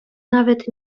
nawet